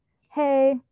Hey